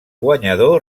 guanyador